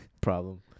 problem